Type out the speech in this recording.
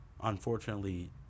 unfortunately